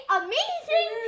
amazing